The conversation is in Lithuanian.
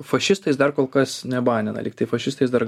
fašistais dar kol kas nebanina lygtai fašistais dar